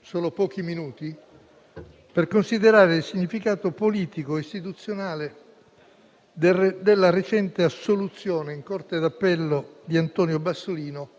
solo per pochi minuti, a considerare il significato politico e istituzionale della recente assoluzione in Corte d'appello di Antonio Bassolino,